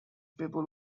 people